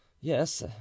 yes